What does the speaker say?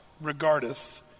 regardeth